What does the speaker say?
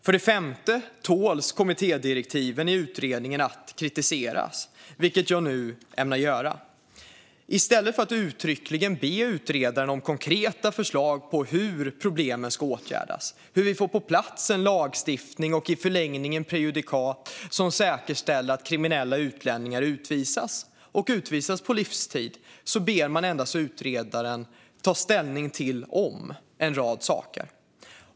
För det femte: Kommittédirektiven i utredningen tål att kritiseras, vilket jag nu ämnar göra. I stället för att uttryckligen be utredaren om konkreta förslag på hur problemen ska åtgärdas, hur vi får på plats en lagstiftning och i förlängningen prejudikat som säkerställer att kriminella utlänningar utvisas och utvisas på livstid ber man endast utredaren att "ta ställning till" en rad saker.